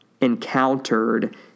encountered